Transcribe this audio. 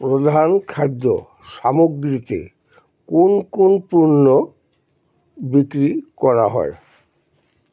প্রধান খাদ্য সামগ্রীতে কোন কোন পূণ্য বিক্রি করা হয়